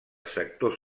sector